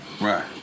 Right